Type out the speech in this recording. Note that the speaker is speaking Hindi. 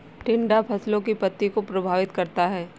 टिड्डा फसलों की पत्ती को प्रभावित करता है